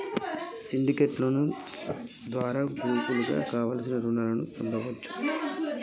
syndicate loan ద్వారా గ్రూపుగా కావలసిన రుణాలను పొందొచ్చు